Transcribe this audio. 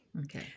Okay